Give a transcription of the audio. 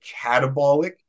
catabolic